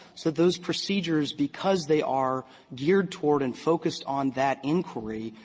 so those procedures, because they are geared toward and focused on that inquiry,